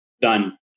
Done